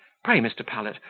pray, mr. pellet,